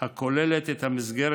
הכוללת את המסגרת